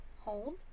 Hold